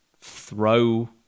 throw